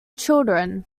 children